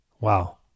Wow